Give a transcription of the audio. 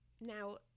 now